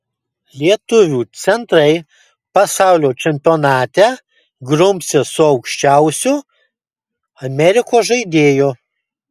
lietuvių centrai pasaulio čempionate grumsis su aukščiausiu amerikos žaidėju